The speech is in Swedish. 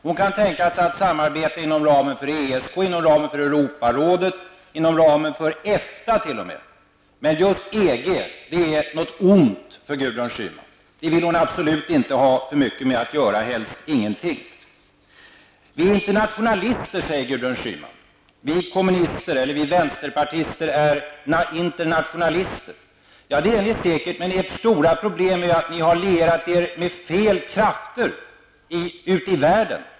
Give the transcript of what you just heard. Hon kan tänka sig ett samarbete inom ramen för ESK, Men just EG är någonting ont för Gudrun Schyman. EG vill hon absolut inte ha för mycket med att göra, helst ingenting. Vi vänsterpartister är internationalister, säger Gudrun Schyman. Det är ni säkert, men ert stora problem är att ni har lierat er med fel krafter ute i världen.